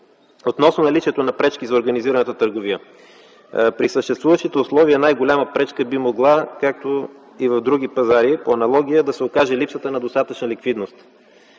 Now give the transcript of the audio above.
Относно наличието на пречки за организираната търговия. При съществуващите условия най-голяма пречка, както и в други пазари по аналогия, би могла да се окаже липсата на достатъчна ликвидност.